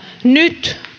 nyt